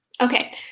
okay